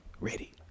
ready